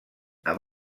amb